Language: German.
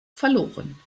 verloren